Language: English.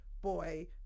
boy